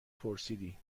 پرسیدی